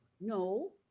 No